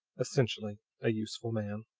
essentially a useful man.